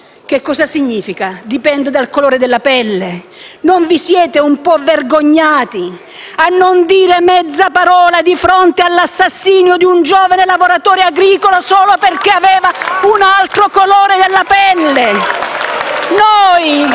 che cosa significa? Dipende dal colore della pelle? Non vi siete un po' vergognati a non dire mezza parola di fronte all'assassinio di un giovane lavoratore agricolo solo perché aveva un altro colore della pelle?